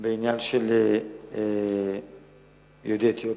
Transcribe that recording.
בעניין יהודי אתיופיה.